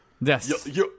Yes